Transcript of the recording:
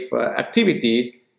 activity